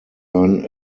earn